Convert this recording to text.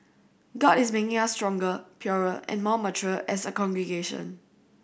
god is making us stronger purer and more mature as a congregation